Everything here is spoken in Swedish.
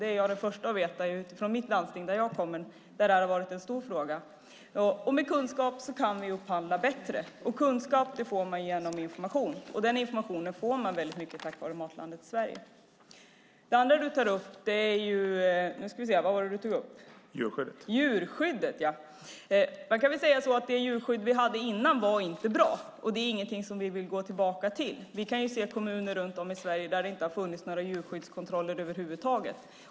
Det är jag den första att veta utifrån att detta har varit en stor fråga i mitt landsting. Med kunskap kan vi upphandla bättre. Kunskap får man med hjälp av information. Den informationen får man tack vare Matlandet Sverige. Det andra Pyry Niemi tog upp . nu ska vi se. Vad var det du tog upp? : Djurskyddet.) Djurskyddet! Det djurskydd vi hade innan var inte bra. Det är inget som vi vill gå tillbaka till. Vi kan se kommuner runt om i Sverige där det inte har funnits några djurskyddskontroller över huvud taget.